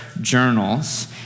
journals